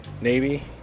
Navy